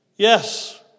Yes